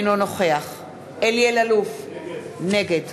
אינו נוכח אלי אלאלוף, נגד